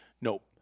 Nope